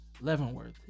Leavenworth